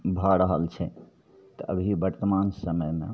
भऽ रहल छै तऽ अभी वर्तमान समयमे